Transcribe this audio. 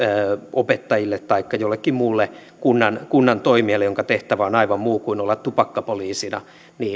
opettajille taikka jollekin muulle kunnan kunnan toimijalle jonka tehtävä on aivan muu kuin olla tupakkapoliisina